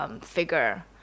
Figure